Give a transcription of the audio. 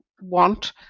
want